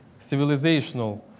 civilizational